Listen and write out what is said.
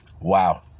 Wow